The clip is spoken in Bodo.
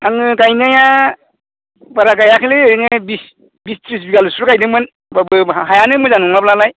आङो गायनाया बारा गायाखैलै ओरैनो बिस थ्रिस बिगाल'सो गायदोंमोन होमबाबो हायानो मोजां नङाब्लालाय